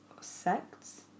Sects